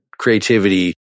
creativity